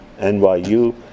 NYU